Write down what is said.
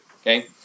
okay